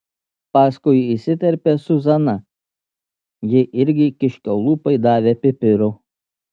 paskui įsiterpė zuzana ji irgi kiškio lūpai davė pipirų